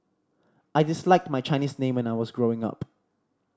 I disliked my Chinese name when I was growing up